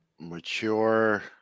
mature